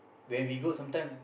when we go sometime